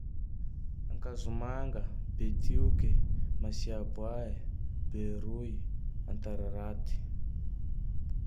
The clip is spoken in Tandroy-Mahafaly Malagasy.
Akazomanga, Betioky, Masiaboay, Beroy, Antararaty.